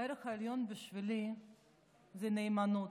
הערך העליון בשבילי זה נאמנות.